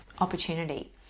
opportunity